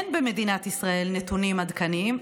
אין במדינת ישראל נתונים עדכניים.